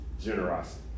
generosity